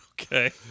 Okay